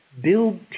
build